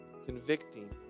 convicting